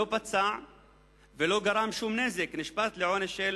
לא פצע ולא גרם שום נזק ונשפט לעונש של